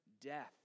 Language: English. death